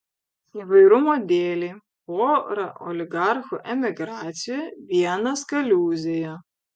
įvairumo dėlei pora oligarchų emigracijoje vienas kaliūzėje